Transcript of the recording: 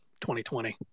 2020